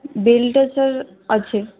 bill ଟା sir ଅଛି